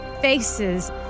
faces